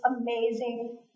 amazing